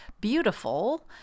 beautiful